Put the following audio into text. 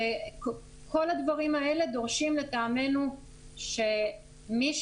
כל הדברים האלה דורשים לטעמנו שמישהו,